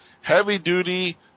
heavy-duty